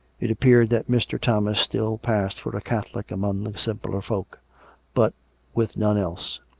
it appeared that mr. thomas still passed for a catholic among the simpler folk but with none else.